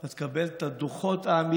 אתה תקבל את הדוחות האמיתיים,